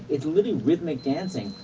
it's really rhythmic dancing.